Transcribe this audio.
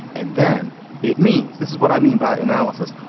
and then it means this is what i mean by analysis.